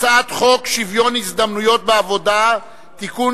הצעת חוק שוויון ההזדמנויות בעבודה (תיקון,